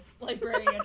librarian